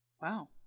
Wow